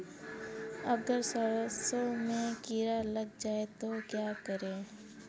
अगर सरसों में कीड़ा लग जाए तो क्या करें?